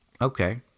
Okay